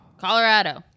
Colorado